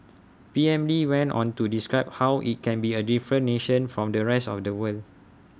P M lee went on to describe how IT can be A different nation from the rest of the world